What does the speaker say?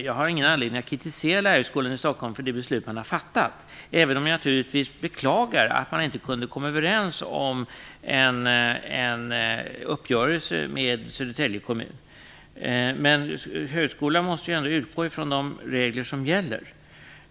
Jag har ingen anledning att kritisera Lärarhögskolan i Stockholm för det beslut som man har fattat, även om jag naturligtvis beklagar att man inte kunde komma överens om en uppgörelse med Södertälje kommun. Högskolan måste utgå från de regler som gäller.